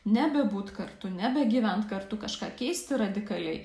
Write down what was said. nebebūt kartu nebegyvent kartu kažką keisti radikaliai